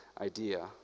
idea